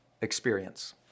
experience